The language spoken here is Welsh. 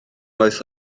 wyth